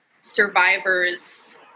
survivors